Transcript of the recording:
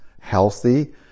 healthy